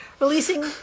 Releasing